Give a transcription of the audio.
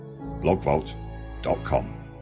blogvault.com